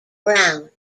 brown